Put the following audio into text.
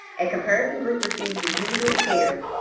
a comparison group received the usual care.